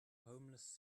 homeless